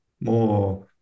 more